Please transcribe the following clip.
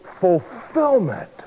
fulfillment